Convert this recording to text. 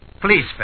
Please